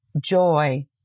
joy